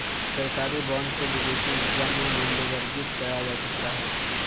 सरकारी बॉन्ड को विदेशी मुद्रा में मूल्यवर्गित करा जा सकता है